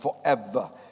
forever